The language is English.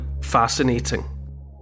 fascinating